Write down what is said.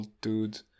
dude